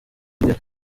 kigali